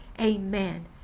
amen